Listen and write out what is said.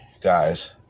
guys